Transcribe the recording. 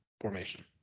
formation